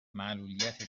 معلولیت